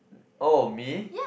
oh me